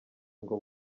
ngo